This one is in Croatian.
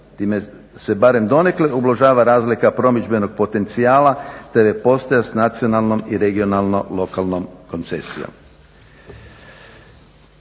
Time se barem donekle ublažava razlika promidžbenog potencijala te postaje s nacionalnom i regionalno lokalnom koncesijom.